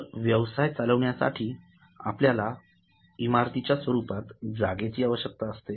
तर व्यवसाय चालविण्यासाठी आपल्याला इमारतीच्या स्वरुपात जागेची आवश्यकता असते